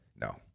No